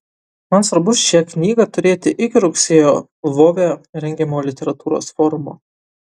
man svarbu šią knygą turėti iki rugsėjį lvove rengiamo literatūros forumo